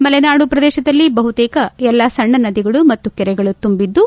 ಮಲೆನಾಡು ಪ್ರದೇಶದಲ್ಲಿ ಬಹುತೇಕ ಎಲ್ಲಾ ಸಣ್ಣ ನದಿಗಳು ಮತ್ತು ಕೆರೆಗಳು ತುಂಬಿದ್ದು